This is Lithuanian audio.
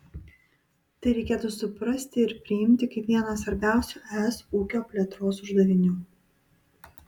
tai reikėtų suprasti ir priimti kaip vieną svarbiausių es ūkio plėtros uždavinių